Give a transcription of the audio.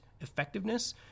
effectiveness